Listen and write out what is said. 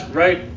right